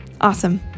awesome